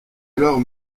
alors